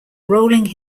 rolling